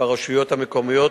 ברשויות המקומיות,